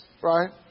right